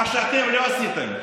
מה שאתם לא עשיתם.